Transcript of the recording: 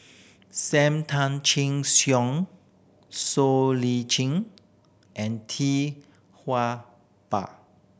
Sam Tan Chin Siong Siow Lee Chin and Tee Tua Ba